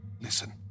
Listen